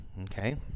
okay